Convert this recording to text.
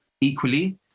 equally